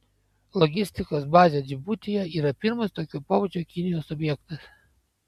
logistikos bazė džibutyje yra pirmas tokio pobūdžio kinijos objektas